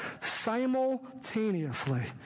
simultaneously